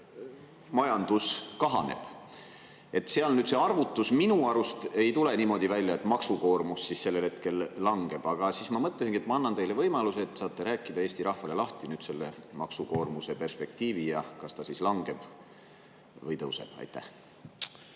ja majandus kahaneb. Seal nüüd see arvutus minu arust ei tule niimoodi välja, et maksukoormus siis sellel hetkel langeb. Ma mõtlesingi, et ma annan teile võimaluse Eesti rahvale lahti rääkida maksukoormuse perspektiivi ja kas ta siis langeb või tõuseb. Aitäh!